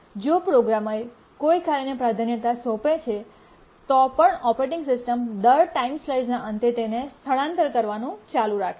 જો પ્રોગ્રામર કોઈ કાર્યને પ્રાધાન્યતા સોંપે છે તો પણ ઓપરેટિંગ સિસ્ટમ દર ટાઈમ સ્લાઈસના અંતે તેને સ્થળાંતર કરવાનું ચાલુ રાખે છે